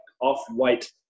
off-white